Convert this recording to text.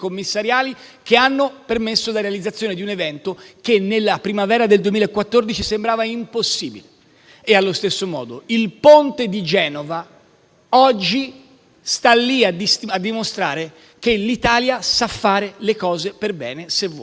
che hanno permesso la realizzazione di un evento che, nella primavera del 2014, sembrava impossibile. Allo stesso modo, il ponte di Genova oggi sta lì a dimostrare che l'Italia sa fare le cose per bene se vuole.